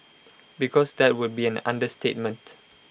because that would be an understatement